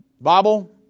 Bible